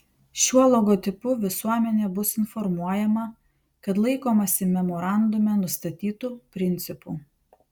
šiuo logotipu visuomenė bus informuojama kad laikomasi memorandume nustatytų principų